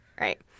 right